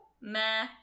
Meh